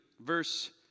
verse